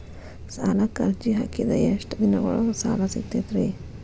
ಸಾಲಕ್ಕ ಅರ್ಜಿ ಹಾಕಿದ್ ಎಷ್ಟ ದಿನದೊಳಗ ಸಾಲ ಸಿಗತೈತ್ರಿ?